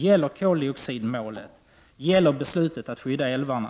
Gäller koldioxidmålet? Gäller beslutet att skydda älvarna?